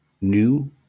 new